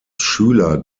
schüler